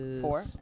Four